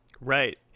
right